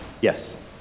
Yes